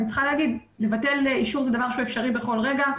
אני צריכה לומר שלבטל אישור זה דבר שהוא אפשרי בכל רגע,